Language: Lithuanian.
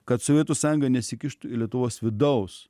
kad sovietų sąjunga nesikištų į lietuvos vidaus